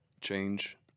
change